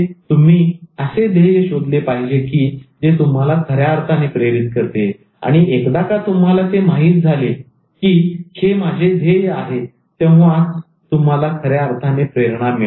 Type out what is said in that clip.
तुम्ही असे ध्येय शोधले पाहिजे की जे तुम्हाला खऱ्या अर्थाने प्रेरित करते आणि एकदा का तुम्हाला ते माहित झाले की हे माझे ध्येय आहे तेव्हाच तुम्हाला खऱ्या अर्थाने प्रेरणा मिळेल